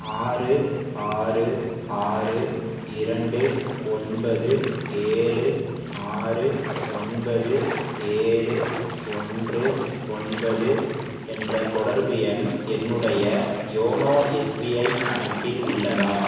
ஆறு ஆறு ஆறு இரண்டு ஒன்பது ஏழு ஆறு ஒன்பது ஏழு ஒன்று ஒன்பது என்ற தொடர்பு எண் என்னுடைய யோனோ எஸ்பிஐ கணக்கில் உள்ளதா